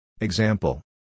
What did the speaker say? Example